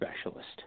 specialist